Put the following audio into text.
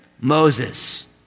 Moses